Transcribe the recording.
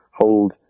hold